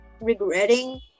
regretting